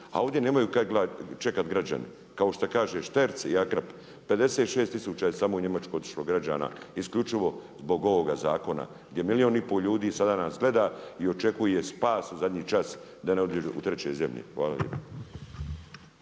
A ovdje nemaju kaj čekati građane. Kao što kaže …/Govornik se ne razumije./… 56000 je samo u Njemačku otišlo građana isključivo zbog ovoga zakona. Jer milijun i pol ljudi sada nas gleda i očekuje spas u zadnji čas da ne odu u treće zemlje. Hvala vam